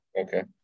Okay